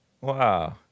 Wow